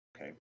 okay